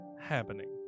happening